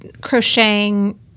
crocheting